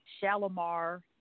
Shalimar